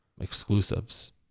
exclusives